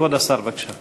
כבוד השר, בבקשה.